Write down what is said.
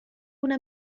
una